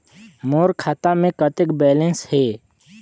मोर खाता मे कतेक बैलेंस हे?